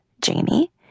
Jamie